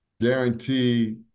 guarantee